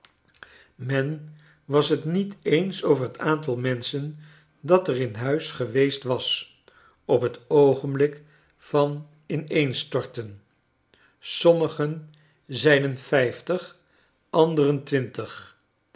men was het niet eens over het aantal menschen dat er in huis geweest was op het oogenblik van ineenstorten sommigen zeiclen vijftig anderen twintig